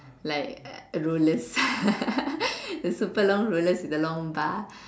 like rollers the super long rollers with the long bar